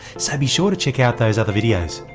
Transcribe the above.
so be sure to check out those other videos.